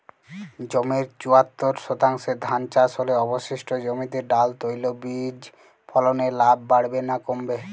জমির চুয়াত্তর শতাংশে ধান চাষ হলে অবশিষ্ট জমিতে ডাল তৈল বীজ ফলনে লাভ বাড়বে না কমবে?